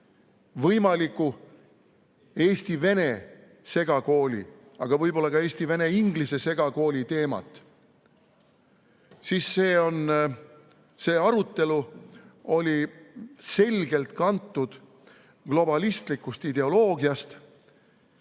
võimaliku eesti-vene segakooli, aga võib olla ka eesti-vene-inglise segakooli teemat, siis see arutelu oli selgelt kantud globalistlikust ideoloogiast,